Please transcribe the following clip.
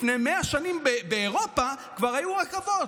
לפני 100 שנים באירופה כבר היו רכבות,